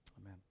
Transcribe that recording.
Amen